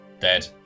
dead